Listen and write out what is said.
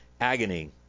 agony